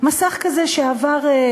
מסך כזה שעבר,